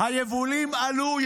היבולים עלו.